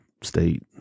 state